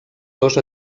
dos